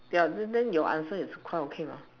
ya then then your answer is quite okay mah